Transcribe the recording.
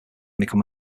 become